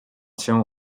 się